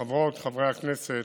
חברות וחברי הכנסת,